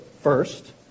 First